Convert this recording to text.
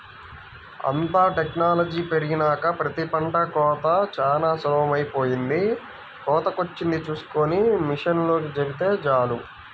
అంతా టెక్నాలజీ పెరిగినాక ప్రతి పంట కోతా చానా సులభమైపొయ్యింది, కోతకొచ్చింది చూస్కొని మిషనోల్లకి చెబితే చాలు